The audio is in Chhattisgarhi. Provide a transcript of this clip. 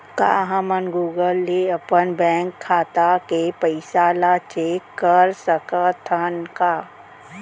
का हमन गूगल ले अपन बैंक खाता के पइसा ला चेक कर सकथन का?